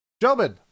Gentlemen